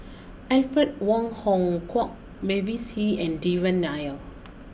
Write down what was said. Alfred Wong Hong Kwok Mavis Hee and Devan Nair